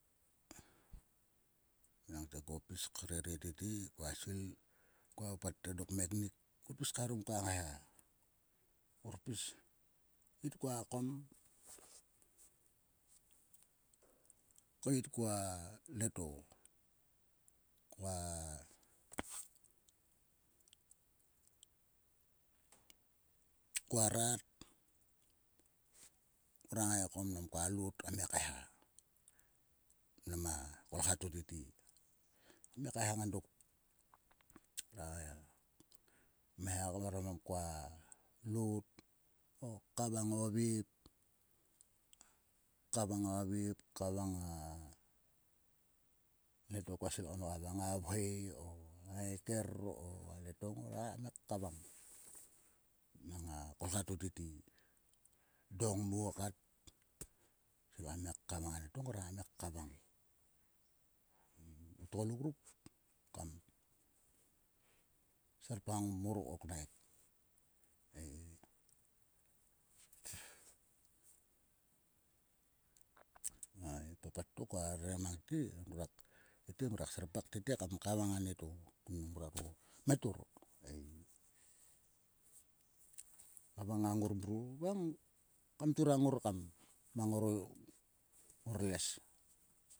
Enangko koa pis krere tete kua sei koa papat te dok kmeknik kaeharom koa ngaiha. Ngor pis keit koa kom keit koa nieto. koa rat. Ngora ngai ko mnam koa lot kam ngai kaeha nam a kolha to tete. Kam ngai kaeha ngang dok. Kmeharom koa lot a kavang o vep. kavang a vep. kavang anieto koa svil kam kavang a vhoi o ngaiker o anieto. ngora ngai kavang. Mnam a kolkha to tete. Edo ngmo kat. kua svil kam ngai kavang anieto ngora ngai kavang. O tgoluk ruk kam serpgam mor ko knaik ei. A papat to koa rere mang te. tete ngruak serpak tete kam kavang anieto kun mnam nguaro mhetor ei. Kavang ngang ngor mruo va kam turang ngor kam mang ngor les.